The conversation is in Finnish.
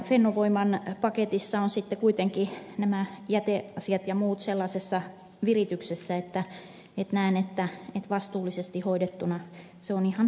fennovoiman paketissa ovat sitten kuitenkin nämä jäteasiat ja muut sellaisessa virityksessä että näen että vastuullisesti hoidettuna se on ihan kohdallaan